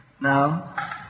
Now